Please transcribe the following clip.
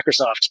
Microsoft